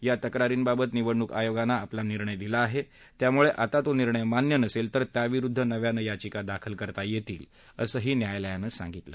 या तक्रारींबाबत निवडणूक आयोगानं आपला निर्णय दिला आहे त्यामुळे आता तो निर्णय मान्य नसेल तर त्याविरुद्ध नव्यानं याचिका दाखल करता येईल असं न्यायालयानं सांगितलं